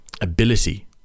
ability